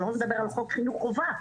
שלא לדבר על חוק חינוך חובה,